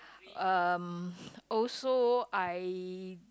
um also I